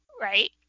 Right